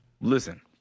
Listen